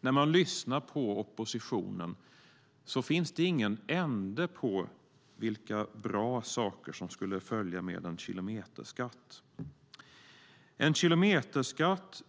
När man lyssnar på oppositionen finns det ingen ände på vilka bra saker som skulle följa med en kilometerskatt. Det sägs att en kilometerskatt